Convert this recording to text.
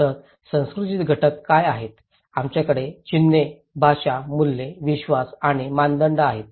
तर संस्कृतीचे घटक काय आहेत आमच्याकडे चिन्हे भाषा मूल्ये विश्वास आणि मानदंड आहेत